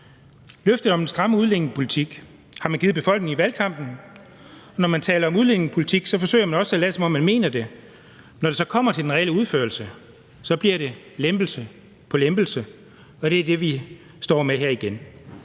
Løftet om den stramme udlændingepolitik har man givet befolkningen i valgkampen. Når man taler om udlændingepolitik, forsøger man også at lade, som om man mener det, men når det så kommer til den reelle udførelse, bliver det lempelse på lempelse, og det er det, vi står med igen.